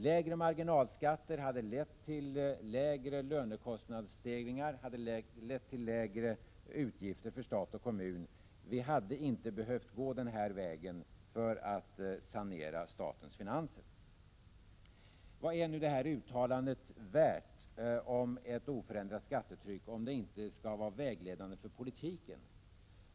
Lägre marginalskatter hade lett till lägre lönekostnadsökningar och lägre utgifter för stat och kommun. Man hade inte behövt gå denna väg för att sanera statens finanser. Vad är nu detta uttalande om ett oförändrat skattetryck värt, om det inte skall vara vägledande för politiken?